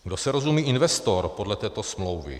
Kdo se rozumí investorem podle této smlouvy?